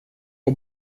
och